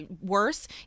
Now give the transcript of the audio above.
worse